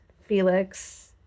Felix